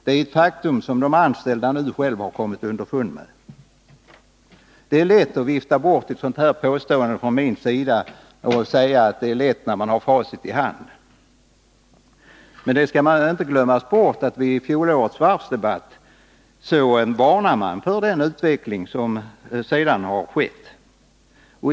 Det är ett faktum som de anställda nu själva har kommit underfund med. Det ligger nära till hands att vifta bort ett sådant här påstående från min sida och säga att det är lätt när man har facit i hand. Det får inte glömmas bort att man i fjolårets varvsdebatt varnade för den utveckling som sedan har skett.